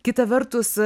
kita vertus